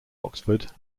oxford